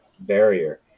barrier